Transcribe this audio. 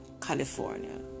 California